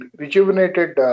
rejuvenated